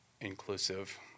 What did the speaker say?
inclusive